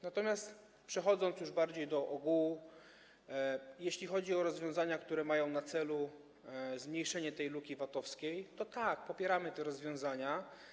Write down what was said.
Natomiast przechodząc już bardziej do ogółu, jeśli chodzi o rozwiązania, które mają na celu zmniejszenie luki VAT-owskiej, to tak, popieramy te rozwiązania.